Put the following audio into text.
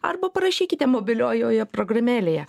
arba parašykite mobiliojoje programėlėje